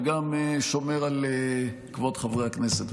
וגם שומר על כבוד חברי הכנסת,